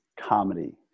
comedy